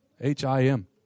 H-I-M